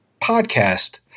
podcast